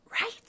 Right